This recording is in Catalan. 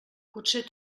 potser